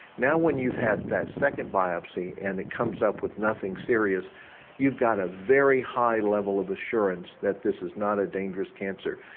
now when you've had that second biopsy and it comes up with nothing serious you've got a very high level of assurance that this is not a dangerous cancer.